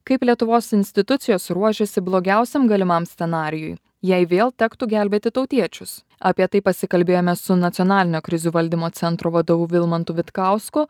kaip lietuvos institucijos ruošiasi blogiausiam galimam scenarijui jei vėl tektų gelbėti tautiečius apie tai pasikalbėjome su nacionalinio krizių valdymo centro vadovu vilmantu vitkausku